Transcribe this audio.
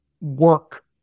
work